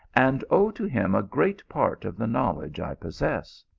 and owe to him a great part of the knowledge i possess.